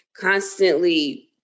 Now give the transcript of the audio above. constantly